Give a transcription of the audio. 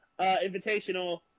Invitational